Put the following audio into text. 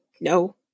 No